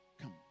come